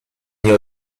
nie